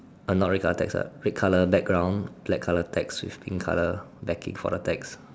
not red colour text ah red colour background black colour text with pink colour backing for the text